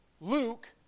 Luke